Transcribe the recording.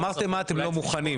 אמרתם מה אתם לא מוכנים,